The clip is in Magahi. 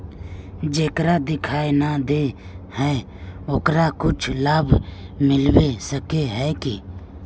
जेकरा दिखाय नय दे है ओकरा कुछ लाभ मिलबे सके है की?